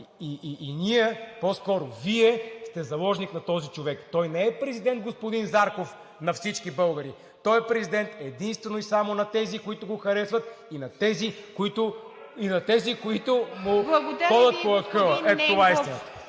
и ние, по-скоро, Вие сте заложник на този човек. Той не е президент, господин Зарков, на всички българи, той е президент единствено и само на тези, които го харесват и на тези, които му ходят по акъла. Ето това е